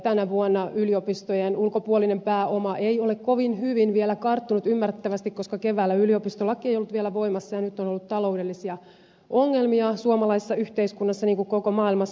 tänä vuonna yliopistojen ulkopuolinen pääoma ei ole kovin hyvin vielä karttunut ymmärrettävästi koska keväällä yliopistolaki ei ollut vielä voimassa ja nyt on ollut taloudellisia ongelmia suomalaisessa yhteiskunnassa niin kuin koko maailmassa